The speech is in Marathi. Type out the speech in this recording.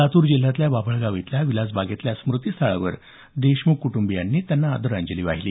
लातूर जिल्ह्यातल्या बाभळगाव इथल्या विलासबागेतल्या स्मृतिस्थळावर देशमुख कुटुंबियांनी त्यांना आदरांजली वाहिली